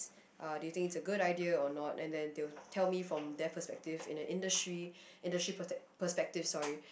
uh do you think it's a good idea or not and then they'll tell me from their perspective in a industry industry pers~ perspective sorry